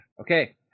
okay